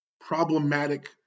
problematic